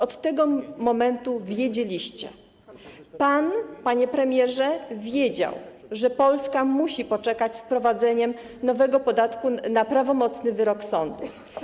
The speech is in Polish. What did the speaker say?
Od tego momentu wiedzieliście, pan, panie premierze, wiedział, że Polska musi poczekać z wprowadzeniem nowego podatku na prawomocny wyrok sądu.